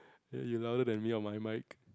you louder than me on my mic